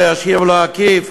לא ישיר ולא עקיף,